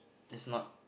is not